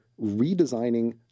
redesigning